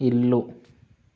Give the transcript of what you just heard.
ఇల్లు